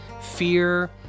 fear